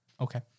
Okay